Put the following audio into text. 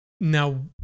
Now